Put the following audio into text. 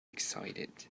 excited